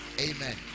Amen